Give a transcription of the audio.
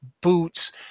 boots